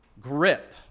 grip